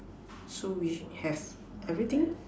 so we should have everything